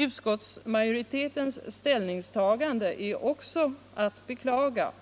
Utskottsmajoritetens ställningstagande är också att beklaga.